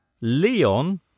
Leon